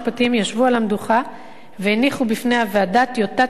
והניחו בפני הוועדה טיוטת תזכיר בשלביה הסופיים.